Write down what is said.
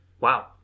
Wow